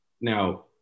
Now